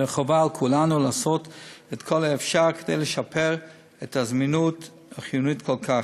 וחובה על כולנו לעשות את כל האפשר כדי לשפר את הזמינות החיונית כל כך.